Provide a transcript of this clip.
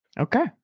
Okay